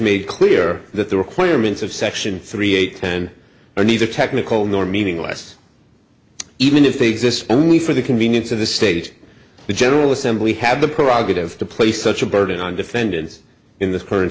made clear that the requirements of section three eight ten are neither technical nor meaningless even if they exist only for the convenience of the state the general assembly had the prerogative to place such a burden on defendants in this current